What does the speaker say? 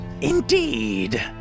Indeed